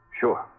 Sure